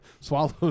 swallow